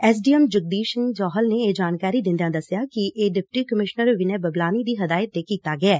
S D M Jagdish Singh Johal ਨੇ ਂਇਹ ਜਾਣਕਾਰੀ ਦਿੰਦਿਆ ਦਸਿਆ ਕਿ ਇਹ ਡਿਪਟੀ ਕਮਿਸ਼ਨਰ ਵਿਨੈ ਬਬਲਾਨੀ ਦੀ ਹਿਦਾਇਤ ਤੇ ਕੀਤਾ ਗਿਐ